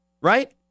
right